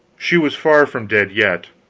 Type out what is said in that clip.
she was far from dead yet.